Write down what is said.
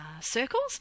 circles